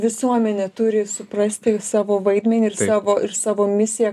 visuomenė turi suprasti savo vaidmenį ir savo ir savo misiją